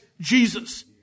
Jesus